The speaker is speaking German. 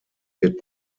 wird